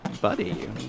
Buddy